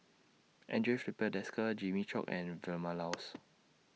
Andre Filipe Desker Jimmy Chok and Vilma Laus